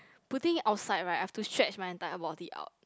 putting it outside right I have to stretch my entire body out